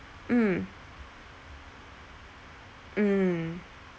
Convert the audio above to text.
mm mm